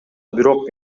бирок